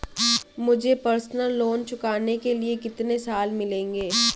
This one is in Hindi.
मुझे पर्सनल लोंन चुकाने के लिए कितने साल मिलेंगे?